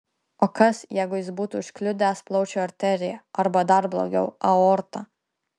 o kas jeigu jis būtų užkliudęs plaučių arteriją arba dar blogiau aortą